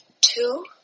two